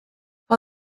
for